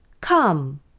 Come